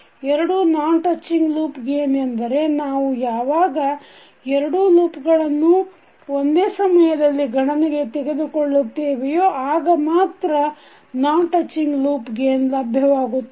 ಎರಡು non touching loop gain ಎಂದರೆ ನಾವು ಯಾವಾಗ ಎರಡು ಲೂಪ್ಗಳನ್ನು ಇಂದೆ ಸಮಯದಲ್ಲಿ ಗಣನೆಗೆ ತೆಗೆದುಕೊಳ್ಳುತ್ತೇವೆಯೋ ಆಗ ಮಾತ್ರ ನಾನ್ ಟಚ್ಚಿಂಗ್ ಲೂಪ್ ಗೇನ್ ಲಭ್ಯವಾಗುತ್ತದೆ